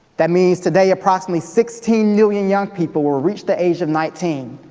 that means today, approximately sixteen million young people will reach the age of nineteen